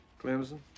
Clemson